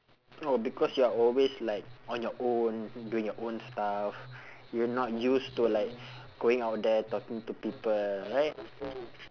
oh because you're always like on your own doing your own stuff you're not used to like going out there talking to people right